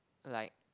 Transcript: like